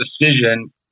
decision